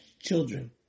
children